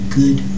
good